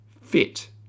fit